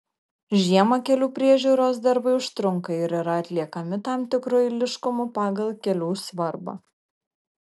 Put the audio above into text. žiemą kelių priežiūros darbai užtrunka ir yra atliekami tam tikru eiliškumu pagal kelių svarbą